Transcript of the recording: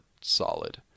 solid